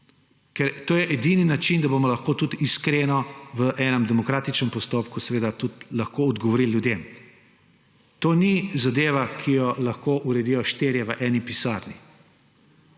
To je edini način, da bomo lahko tudi iskreno v enem demokratičnem postopku tudi lahko odgovorili ljudem. To ni zadeva, ki jo lahko uredijo štirje v eni pisarni.